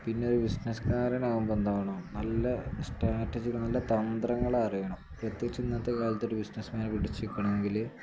പിന്നെരു ബിസിനസ്സ്കാരനാകുമ്പം എന്താകണം നല്ല സ്ട്രാറ്റജികൾ നല്ല തന്ത്രങ്ങൾ അറിയണം പ്രത്യേകിച്ച് ഇന്നത്തെ കാലത്തൊരു ബിസിനസ്സ് മാൻ പിടിച്ച് നിൽക്കണമെങ്കിൽ